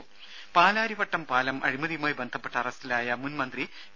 ദ്ദേ പാലാരിവട്ടം പാലം അഴിമതിയുമായി ബന്ധപ്പെട്ട് അറസ്റ്റിലായ മുൻ മന്ത്രി വി